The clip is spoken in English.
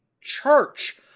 church